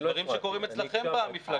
דברים שקורים אצלכם במפלגה.